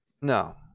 No